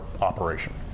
operation